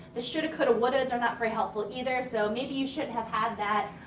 the should've, could've, would've are not very helpful either. so, maybe you shouldn't have had that